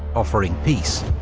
offering peace.